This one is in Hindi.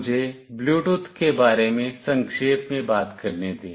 मुझे ब्लूटूथ के बारे में संक्षेप में बात करने दें